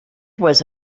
was